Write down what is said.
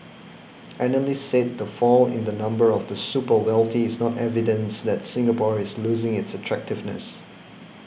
analysts said the fall in the number of the super wealthy is not evidence that Singapore is losing its attractiveness